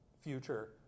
future